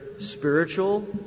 spiritual